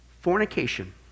Fornication